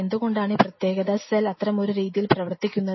എന്തുകൊണ്ടാണ് ഈ പ്രത്യേക സെൽ അത്തരമൊരു രീതിയിൽ പ്രവർത്തിക്കുന്നത്